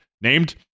named